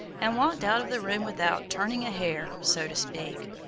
and walked out of the room without turning a hair, so to speak.